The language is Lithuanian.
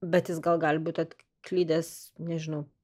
bet jis gal gali būti atklydęs nežinau